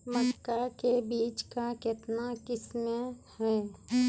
मक्का के बीज का कितने किसमें हैं?